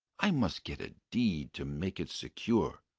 i must get a deed to make it secure,